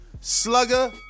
Slugger